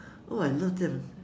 oh I love them ah